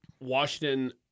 Washington